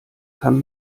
kann